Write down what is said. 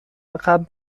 عقب